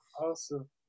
Awesome